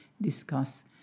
discuss